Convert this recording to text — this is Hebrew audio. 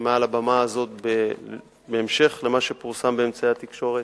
מעל הבמה הזאת בהמשך למה שפורסם באמצעי התקשורת.